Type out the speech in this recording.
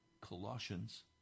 Colossians